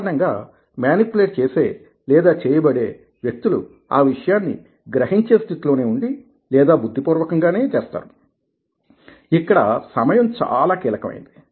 సాధారణంగా మేనిప్యులేట్ చేసే లేదా చేయబడే వ్యక్తులు ఆ విషయాన్ని గ్రహించే స్థితిలో నే ఉండి లేదా బుద్ధి పూర్వకంగానే చేస్తారు ఇక్కడ సమయం చాలా కీలకమైనది